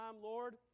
Lord